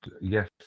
yes